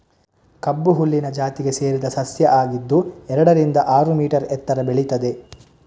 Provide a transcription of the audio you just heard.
ಕಬ್ಬು ಹುಲ್ಲಿನ ಜಾತಿಗೆ ಸೇರಿದ ಸಸ್ಯ ಆಗಿದ್ದು ಎರಡರಿಂದ ಆರು ಮೀಟರ್ ಎತ್ತರ ಬೆಳೀತದೆ